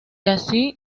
así